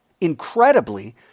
Incredibly